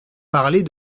parler